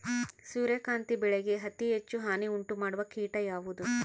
ಸೂರ್ಯಕಾಂತಿ ಬೆಳೆಗೆ ಅತೇ ಹೆಚ್ಚು ಹಾನಿ ಉಂಟು ಮಾಡುವ ಕೇಟ ಯಾವುದು?